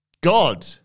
God